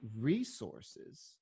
resources